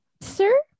sir